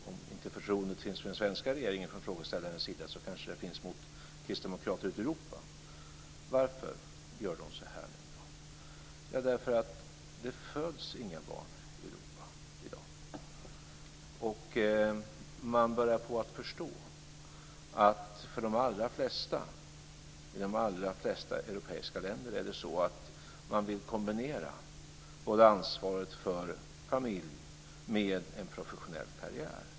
Om inte förtroendet finns för den svenska regeringen från frågeställarens sida kanske den finns för kristdemokrater i Europa. Varför gör de nu så här? Det föds inga barn i Europa i dag. Man börjar på att förstå att för de allra flesta i de allra flesta europeiska länder vill man kombinera ansvaret för familj med en professionell karriär.